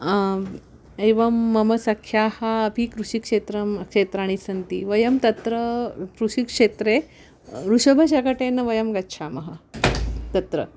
एवं मम सख्याः अपि कृषिक्षेत्रं क्षेत्राणि सन्ति वयं तत्र कृषिक्षेत्रे वृषभशकटेन वयं गच्छामः तत्र